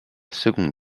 seconde